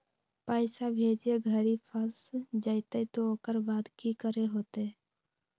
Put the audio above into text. पैसा भेजे घरी फस जयते तो ओकर बाद की करे होते?